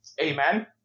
Amen